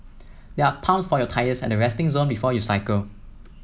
there are pumps for your tyres at the resting zone before you cycle